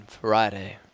Friday